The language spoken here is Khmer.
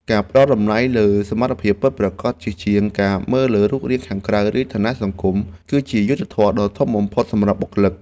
ការផ្តល់តម្លៃលើសមត្ថភាពពិតប្រាកដជាជាងការមើលលើរូបរាងខាងក្រៅឬឋានៈសង្គម គឺជាយុត្តិធម៌ដ៏ធំបំផុតសម្រាប់បុគ្គលិក។